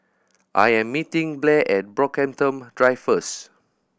I am meeting Blair at Brockhampton Drive first